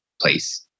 place